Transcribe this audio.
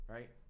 Right